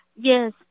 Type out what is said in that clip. Yes